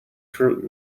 fruit